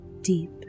deep